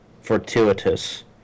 fortuitous